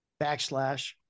backslash